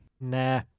Nah